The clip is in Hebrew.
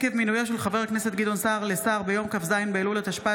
עקב מינויו של חבר הכנסת גדעון סער לשר ביום כ"ז באלול התשפ"ה,